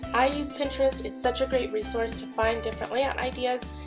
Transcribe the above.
i used pinterest. it's such a great resource to find different layout ideas.